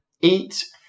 eat